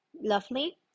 Lovely